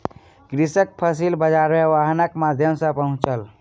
कृषक फसिल बाजार मे वाहनक माध्यम सॅ पहुँचल